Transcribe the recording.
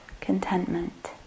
contentment